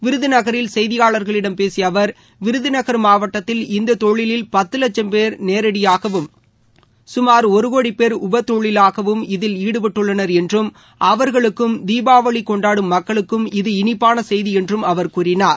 விருதுநகரில் செய்தியாளர்களிடம் பேசிய அவர் விருதுநகர் மாவட்டத்தில் இந்த தொழிலில் பத்து லட்சம் பேர் நேரடியாகவும் சுமார் ஒரு கோடி போ் உபத்தொழிலாகவும் இதில் ஈடுபட்டுள்ளனர் என்றும் அவர்களுக்கும் தீபாவளி கொண்டாடும் மக்களுக்கும் இது இனிப்பான செய்தி என்று கூறினார்